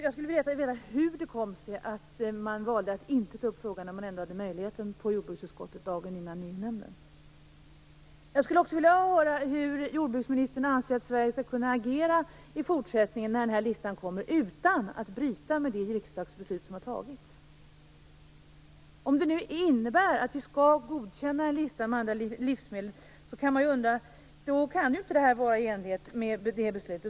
Jag vill gärna veta hur det kom sig att man från departementet valde att inte ta upp frågan i jordbruksutskottet, när man ändå hade möjlighet till det dagen innan EU-nämndens sammanträde. Jag skulle också vilja höra hur jordbruksministern anser att Sverige skall kunna agera i fortsättningen när den här listan kommer utan att bryta mot det riksdagsbeslut som har fattats. Om detta innebär att Sverige skall godkänna en lista med alla de här livsmedlen, kan man undra hur det skall gå till. I så fall kan detta inte vara i enlighet med riksdagsbeslutet.